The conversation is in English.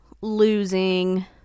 losing